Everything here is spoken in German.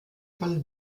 von